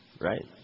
Right